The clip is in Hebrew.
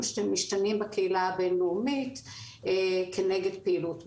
שמשתנים בקהילה הבינלאומית כנגד פעילות מזהמת.